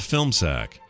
FilmSack